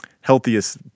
healthiest